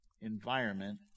environment